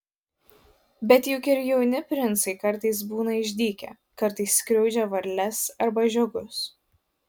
bet juk ir jauni princai kartais būna išdykę kartais skriaudžia varles arba žiogus